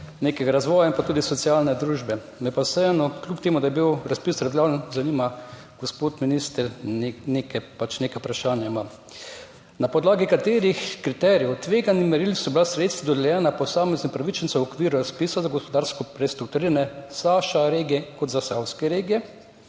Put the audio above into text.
nekega razvoja in tudi socialne družbe. Me pa, kljub temu da je bil razpis javen, zanima, gospod minister: Na podlagi katerih kriterijev tveganj in meril so bila sredstva dodeljena posameznim upravičencem v okviru razpisa za gospodarsko prestrukturiranje SAŠA regije in Zasavske regije?